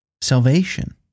salvation